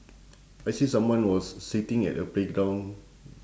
I see someone was sitting at a playground